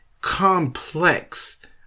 complex